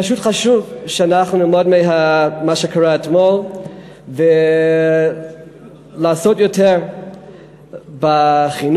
חשוב שנלמד ממה שקרה אתמול ונעסוק יותר בחינוך,